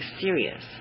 serious